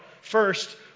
First